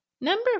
Number